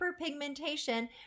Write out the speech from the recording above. hyperpigmentation